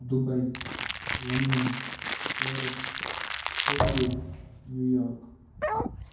Dubai London Paris Tokyo New York